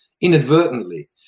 inadvertently